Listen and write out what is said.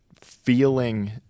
feeling